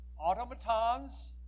automatons